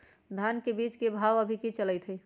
धान के बीज के भाव अभी की चलतई हई?